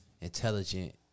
intelligent